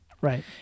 Right